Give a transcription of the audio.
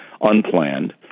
unplanned